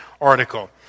article